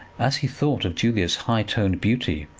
as he thought of julia's high-toned beauty